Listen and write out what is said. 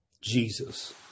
Jesus